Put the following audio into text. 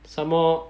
some more